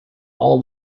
all